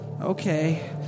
Okay